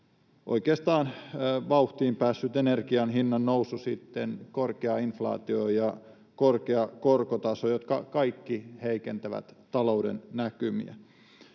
oikeastaan vauhtiin päässyt energian hinnannousu, korkea inflaatio ja korkea korkotaso, jotka kaikki heikentävät talouden näkymiä.